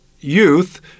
youth